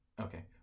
Okay